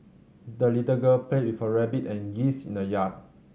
the little girl played with her rabbit and geese in the yard